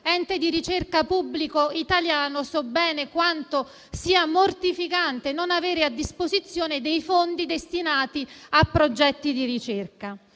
ente di ricerca pubblico italiano, so bene quanto sia mortificante non avere a disposizione dei fondi destinati a progetti di ricerca.